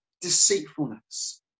deceitfulness